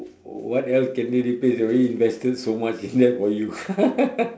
what else can they replace they already invested so much debt for you